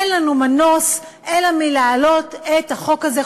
אין לנו מנוס מלהעלות את החוק הזה,